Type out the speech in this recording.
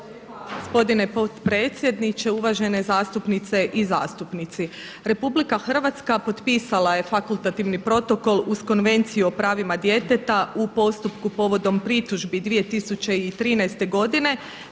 Gospodine potpredsjedniče, uvažene zastupnice i zastupnici. RH potpisala je fakultativni protokol uz Konvenciju o pravima djeteta u postupku povodom pritužbi 2013. godine,